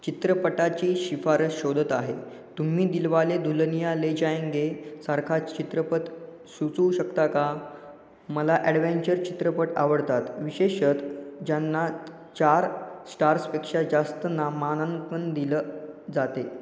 चित्रपटाची शिफारस शोधत आहे तुम्ही दिलवाले दुल्हनिया ले जायेंगे सारखा चित्रपट सुचवू शकता का मला ॲडवेंचर चित्रपट आवडतात विशेषतः ज्यांना चार स्टार्सपेक्षा जास्त नामांकन दिलं जाते